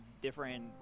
different